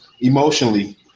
emotionally